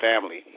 family